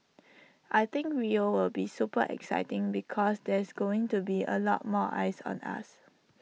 I think Rio will be super exciting because there's going to be A lot more eyes on us